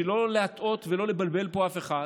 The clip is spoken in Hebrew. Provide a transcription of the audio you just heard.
בשביל לא להטעות ולא לבלבל פה אף אחד,